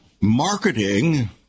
marketing